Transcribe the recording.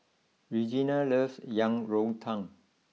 Regina loves Yang Rou Tang